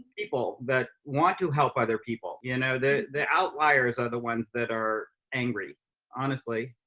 people that want to help other people. you know, the the outliers are the ones that are angry honestly.